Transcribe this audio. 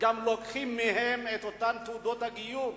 גם לוקחים מהם את אותן תעודות הגיור,